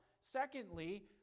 Secondly